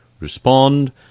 respond